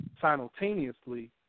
simultaneously